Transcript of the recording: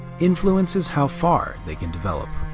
influences how far they can develop.